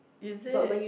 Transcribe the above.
is it